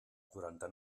quaranta